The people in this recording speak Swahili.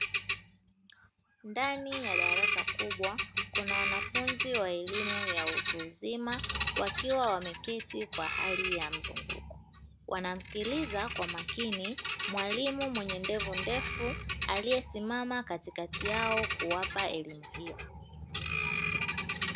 Ndani ya darasa kubwa kuna wanafunzi wa elimu ya utu uzima wakiwa wameketi wanamsikiliza kwa makini, mwalimu mwenye ndevu ndefu akiwa amesimama katikati yao akiwapa elimu hiyo.